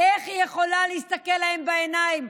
איך היא יכולה להסתכל להם בעיניים,